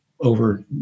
over